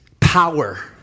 Power